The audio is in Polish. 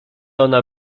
ona